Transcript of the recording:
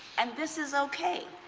and this is ok.